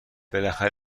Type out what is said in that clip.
بخاطر